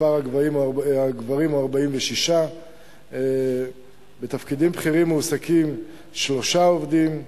מספר הגברים הוא 46. בתפקידים בכירים מועסקים שלושה עובדים,